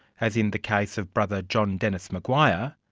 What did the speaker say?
as in the case of brother john dennis maguire,